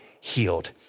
healed